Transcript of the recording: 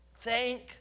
Thank